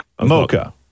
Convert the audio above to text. mocha